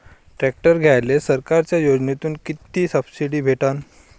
Tractor घ्यायले सरकारच्या योजनेतून किती सबसिडी भेटन?